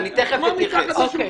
אתייחס.